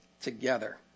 together